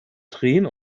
tränen